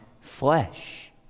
flesh